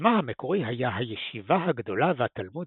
שמה המקורי היה הישיבה הגדולה והתלמוד